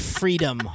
freedom